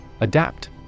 Adapt